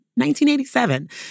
1987